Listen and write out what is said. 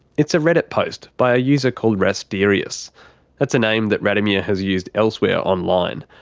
it's a reddit post by a user called rasterius that's a name that radomir has used elsewhere online.